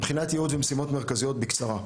מבחינת ייעוד ומשימות מרכזיות, בקצרה.